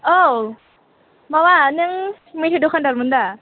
औ माबा नों मेथाइ दखानदारमोन दा